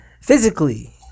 physically